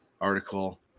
article